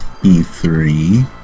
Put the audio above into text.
E3